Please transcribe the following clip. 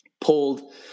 pulled